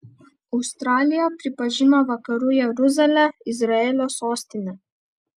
australija pripažino vakarų jeruzalę izraelio sostine